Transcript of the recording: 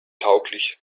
tauglich